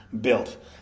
built